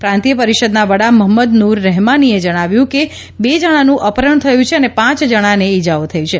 પ્રાંતીય પરિષદના વડા મહંમદ નૂર રહેમાનીએ જણાવ્યું છે કે બે જણાનું અપહરણ થયું છે અને પાંચ જણાને ઇજાઓ થઇ છે